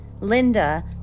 Linda